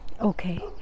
okay